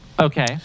Okay